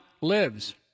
lives